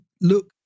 look